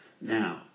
Now